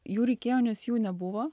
jų reikėjo nes jų nebuvo